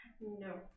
No